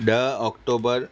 ॾह अक्टोबर